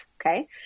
Okay